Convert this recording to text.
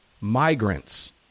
migrants